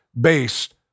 based